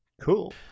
Cool